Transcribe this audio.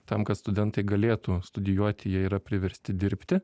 tam kad studentai galėtų studijuoti jie yra priversti dirbti